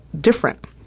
different